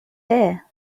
here